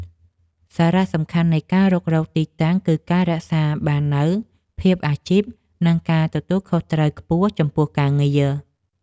សារៈសំខាន់នៃការរុករកទីតាំងគឺការរក្សាបាននូវភាពអាជីព និងការទទួលខុសត្រូវខ្ពស់ចំពោះការងារ។